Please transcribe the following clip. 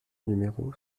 numéro